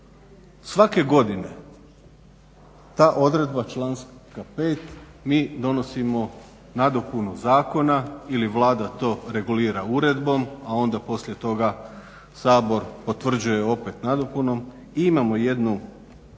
svake godine ta odredba članka 5. mi donosimo nadopunu zakona ili Vlada to regulira uredbom, a onda poslije toga Sabor potvrđuje opet nadopunom, imamo jednu